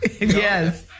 Yes